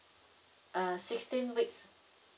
uh sixteen weeks